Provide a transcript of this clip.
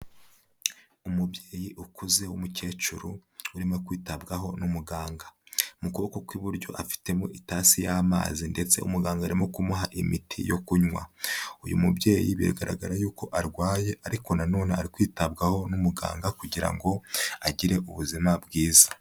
Umubyeyi ukuze w'umukecuru urimo kwitabwaho n'umuganga. Mu kuboko kw'iburyo afitemo itasi y'amazi ndetse umuganga arimo kumuha imiti yo kunywa. Uyu mubyeyi biragaragara yuko arwaye ariko na none ari kwitabwaho n'umuganga kugira ngo agire ubuzima bwiza.